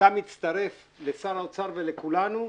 אתה מצטרף לשר האוצר ולכולנו,